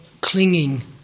clinging